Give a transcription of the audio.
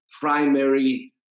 primary